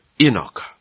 Enoch